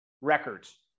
records